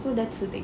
so that's the thing